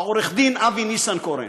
עורך-הדין אבי ניסנקורן.